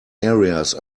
areas